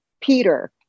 Peter